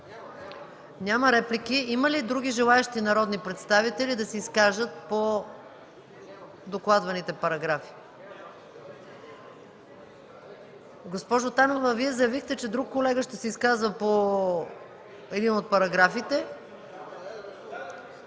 Няма реплики. Има ли други желаещи народни представители да се изкажат по докладваните параграфи? Госпожо Танева, Вие заявихте, че друг колега ще се изказва по един от параграфите.